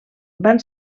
van